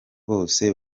bose